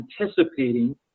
anticipating